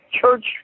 church